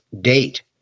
date